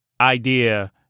idea